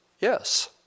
Yes